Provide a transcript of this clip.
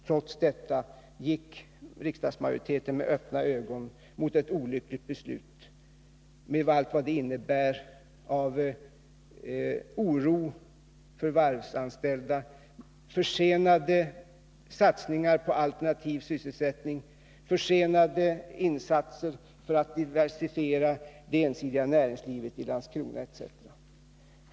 Trots allt detta gick riksdagsmajoriteten med öppna ögon mot ett olyckligt beslut med allt vad det innebär av oro för varvsanställda, försenade satsningar på alternativ sysselsättning, försenade insatser för att diversifiera det ensidiga näringslivet i Landskrona osv.